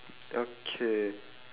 okay